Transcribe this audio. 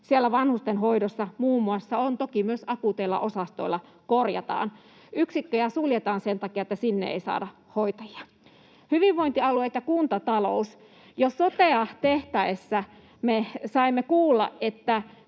vanhustenhoidossa — toki myös akuuteilla osastoilla. Yksikköjä suljetaan sen takia, että sinne ei saada hoitajia. Hyvinvointialueet ja kuntatalous: Jo sotea tehtäessä me saimme kuulla, että